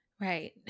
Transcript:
Right